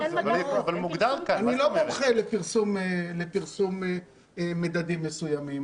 אני לא מומחה לפרסום מדדים מסוימים.